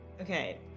Okay